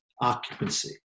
occupancy